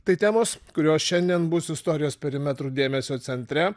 tai temos kurios šiandien bus istorijos perimetrų dėmesio centre